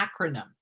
acronym